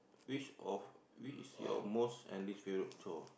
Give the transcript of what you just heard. which of which is your most and least favourite chore